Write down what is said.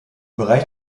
bereich